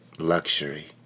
Luxury